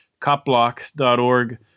copblock.org